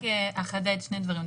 אחדד שני דברים.